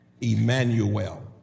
Emmanuel